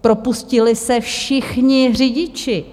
Propustili se všichni řidiči.